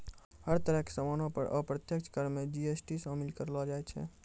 हर तरह के सामानो पर अप्रत्यक्ष कर मे जी.एस.टी शामिल करलो जाय छै